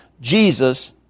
Jesus